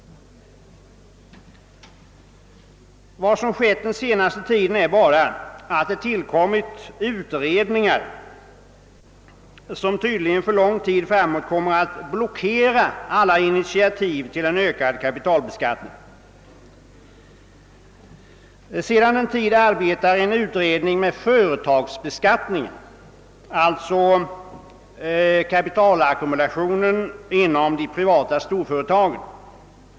Vad som skett den senaste tiden är bara att det tillkommit utredningar, vilka tydligen för lång tid framåt kommer att blockera alla initiativ till en ökad kapitalbeskattning. Sedan en tid arbetar en utredning med företagsbeskattningen, d.v.s. kapitalackumulationen inom de privata storföretagen.